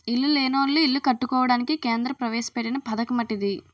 ఇల్లు లేనోళ్లు ఇల్లు కట్టుకోవడానికి కేంద్ర ప్రవేశపెట్టిన పధకమటిది